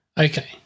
Okay